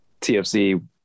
TFC